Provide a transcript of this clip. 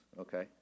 okay